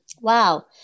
Wow